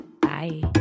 bye